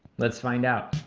let's find out.